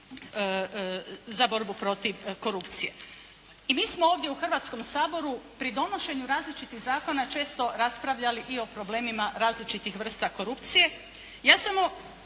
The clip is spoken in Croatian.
za borbu protiv korupcije. I mi smo ovdje u Hrvatskom saboru pri donošenju različitih zakona često raspravljali i o problemima različitih vrsta korupcije.